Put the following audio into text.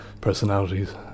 personalities